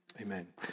Amen